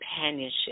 companionship